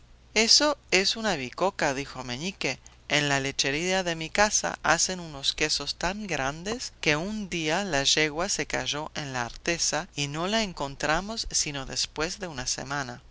eso es una bicoca dijo meñique en la lechería de mi casa hacen unos quesos tan grandes que un día la yegua se cayó en la artesa y no la encontramos sino después de una semana